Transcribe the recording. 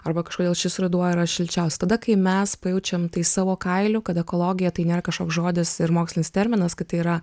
arba kažkodėl šis ruduo yra šilčiausias tada kai mes pajaučiam tai savo kailiu kad ekologija tai nėra kažkoks žodis ir mokslinis terminas kad tai yra